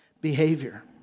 behavior